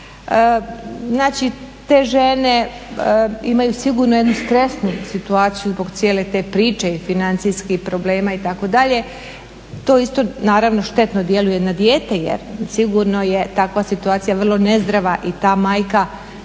Znači te žene imaju sigurno jednu stresnu situaciju zbog cijele te priče i financijskih problema itd., to isto naravno štetno djeluje na dijete jer sigurno je takva situacija vrlo nezdrava i ta majka